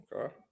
Okay